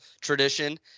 tradition